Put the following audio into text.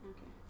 Okay